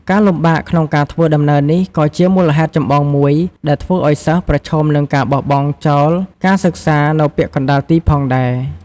ការលំបាកក្នុងការធ្វើដំណើរនេះ ក៏ជាហេតុផលចម្បងមួយដែលធ្វើឲ្យសិស្ស ប្រឈមមុខនឹងការបោះបង់ចោលការសិក្សា នៅពាក់កណ្តាលទីផងដែរ។